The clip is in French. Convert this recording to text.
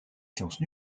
sciences